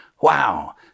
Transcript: Wow